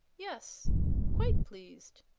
yes quite pleased,